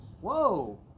Whoa